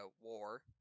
war